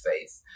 faith